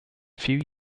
few